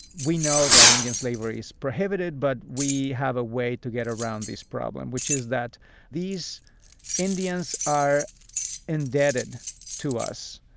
we know that indian slavery is prohibited. but we have a way to get around this problem, which is that these indians are indebted to us.